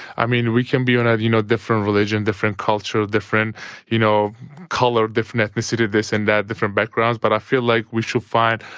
i mean, we can be and in you know different religion, different culture, different you know color, different ethnicity, this and that, different backgrounds. but i feel like we should find.